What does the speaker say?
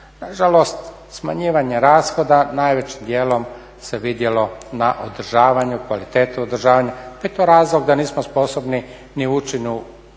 nažalost smanjivanje rashoda najvećim dijelom se vidjelo na održavanju, kvaliteti održavanja. Pa je to razlog da nismo sposobni ni ući u bitku